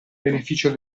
beneficio